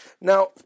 Now